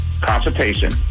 consultation